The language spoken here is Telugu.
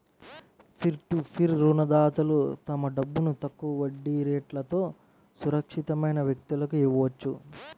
పీర్ టు పీర్ రుణదాతలు తమ డబ్బును తక్కువ వడ్డీ రేట్లతో సురక్షితమైన వ్యక్తులకు ఇవ్వొచ్చు